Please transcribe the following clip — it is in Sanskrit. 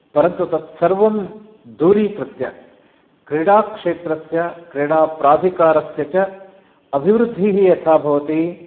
परन्तु तत्सर्वं दूरीकृत्य क्रीडाक्षेत्रस्य क्रीडाप्राधिकारस्य च अभिवृद्धिः यथा भवति